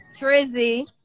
Trizzy